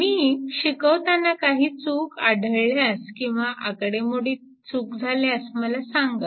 मी शिकवताना काही चूक आढळल्यास किंवा आकडेमोडीत चूक झाल्यास मला सांगा